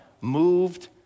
Moved